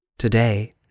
Today